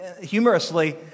humorously